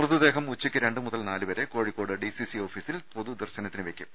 മൃതദേഹം ഉച്ചക്ക് രണ്ട് മുതൽ നാലുവരെ കോഴിക്കോട് ഡിസിസി ഓഫീസിൽ പൊതുദർശനത്തിന് വെക്കും